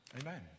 Amen